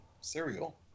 Cereal